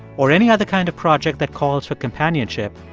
or any other kind of project that calls for companionship,